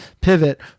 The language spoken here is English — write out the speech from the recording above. pivot